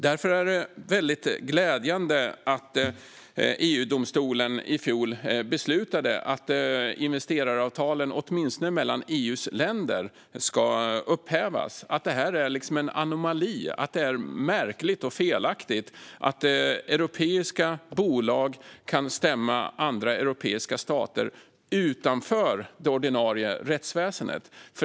Därför är det väldigt glädjande att EU-domstolen i fjol beslutade att investeraravtalen åtminstone mellan EU:s länder ska upphävas. Det är en anomali. Det är märkligt och felaktigt att europeiska bolag kan stämma andra europeiska stater utanför det ordinarie rättsväsendet.